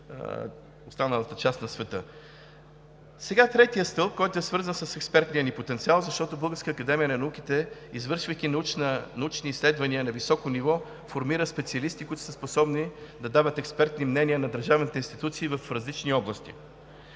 останалата част на света. Третият стълб, който е свързан с експертния ни потенциал, защото Българската академия на науките, извършвайки научни изследвания на високо ниво, формира специалисти, които са способни да дават експертни мнения на държавните институции в различни области.